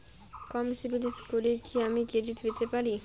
কম সিবিল স্কোরে কি আমি ক্রেডিট পেতে পারি?